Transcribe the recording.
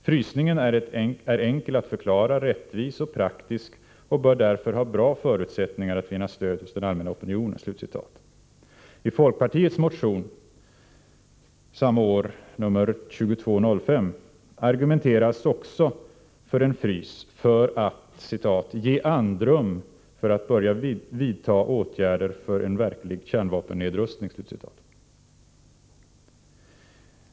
Frysningen är enkel att förklara, rättvis och praktisk och bör därför ha bra förutsättningar att vinna stöd hos den allmänna opinionen.” I folkpartiets motion 1983/84:2205 argumenteras också för en frys för att ”ge andrum för att börja vidta åtgärder för en verklig kärnvapennedrustning”.